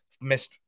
missed –